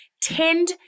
tend